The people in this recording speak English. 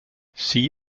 see